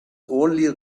only